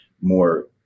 more